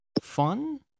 fun